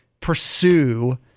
pursue